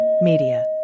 Media